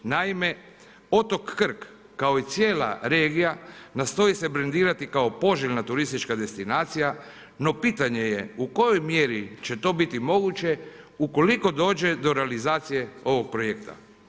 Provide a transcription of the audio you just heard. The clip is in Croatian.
Naime, otok Krk, kao i cijela regija, nastoji se brendirati kao poželjna turistička destinacija, no pitanje je u kojoj mjeri će to biti moguće, ukoliko dođe do realizacije ovog projekta.